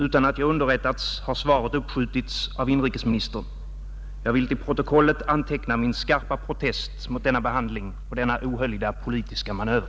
Utan att jag underrättats har svaret uppskjutits av inrikesministern. Jag vill till protokollet anteckna min skarpa protest mot denna behandling och denna ohöljda politiska manöver.